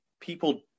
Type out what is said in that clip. people